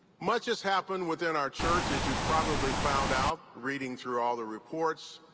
much has happened within our church as you probably found out reading through all the reports,